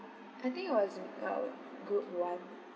I think it was uh group one